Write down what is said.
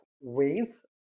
ways